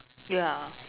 ya